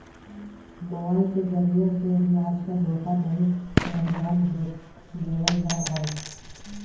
mobile के जरिये से भी आजकल धोखाधडी के अन्जाम देवल जा हय